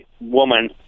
woman